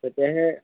তেতিয়াহে